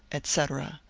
etc.